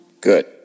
Good